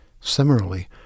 Similarly